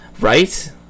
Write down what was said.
Right